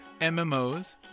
mmos